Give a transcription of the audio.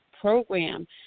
program